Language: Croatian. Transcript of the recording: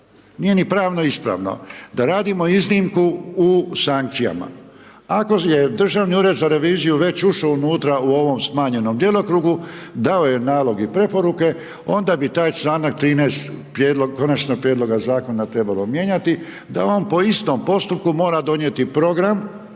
nije ni pravno ispravno da radimo iznimku u sankcijama. Ako je Državni ured za reviziju već ušao unutra u ovom smanjenom djelokrugu, dao je nalog i preporuke, onda bi taj članak 13. Konačnog prijedloga zakona trebalo mijenjati da on po istom postupku mora donijeti program